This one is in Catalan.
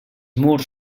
murs